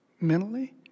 Mentally